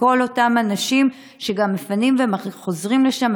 כל אותם אנשים שמפנים והם חוזרים לשם,